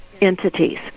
entities